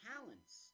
talents